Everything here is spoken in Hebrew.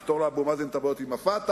יפתור לאבו מאזן את הבעיות עם ה"פתח",